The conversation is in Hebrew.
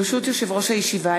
ברשות יושב-ראש הישיבה,